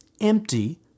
empty